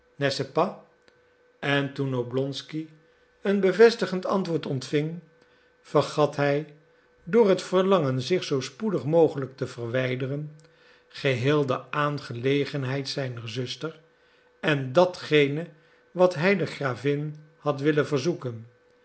en toen oblonsky een bevestigend antwoord ontving vergat hij door het verlangen zich zoo spoedig mogelijk te verwijderen geheel de aangelegenheid zijner zuster en datgene wat hij de gravin had willen verzoeken